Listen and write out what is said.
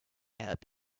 help